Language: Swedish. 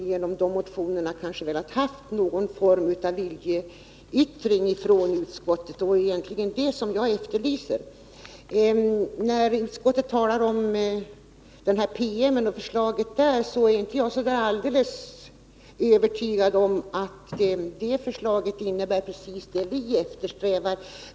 Genom de motionerna har man kanske velat ha någon form av viljeyttring från utskottet, och det är egentligen vad jag efterlyser. Utskottet talar om utbildningsdepartementets promemoria och förslaget där, men jag är inte så övertygad om att det förslaget innebär precis det vi eftersträvar.